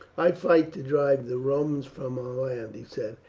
i fight to drive the romans from our land, he said,